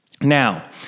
Now